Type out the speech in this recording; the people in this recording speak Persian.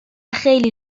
خیلی